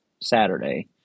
Saturday